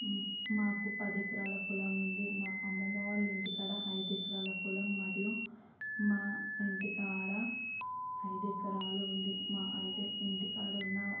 మాకు పదెకరాల పొలం ఉంది మా అమ్మమ్మ వాళ్ళ ఇంటి కాడ ఐదెకరాల పొలం మరియు మా ఇంటి కాడ ఐదెకరాలు ఉంది మా ఐదే ఇంటికాడున్న